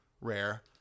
rare